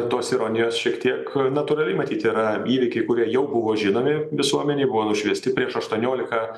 tos ironijos šiek tiek natūraliai matyt yra įvykiai kurie jau buvo žinomi visuomenei buvo nušviesti prieš aštuoniolika